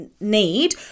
need